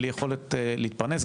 בלי יכולת להתפרנס,